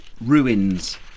ruins